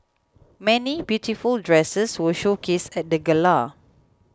many beautiful dresses were showcased at the gala